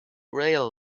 rail